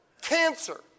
cancer